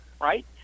right